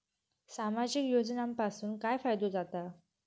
सामाजिक योजनांपासून काय फायदो जाता?